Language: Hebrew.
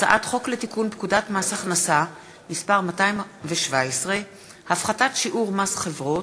הצעת חוק לתיקון פקודת מס הכנסה (מס' 217) (הפחתת שיעור מס חברות),